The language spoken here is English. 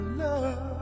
love